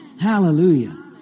Hallelujah